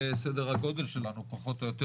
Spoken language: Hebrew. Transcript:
זה סדר הגודל שלנו פחות או יותר.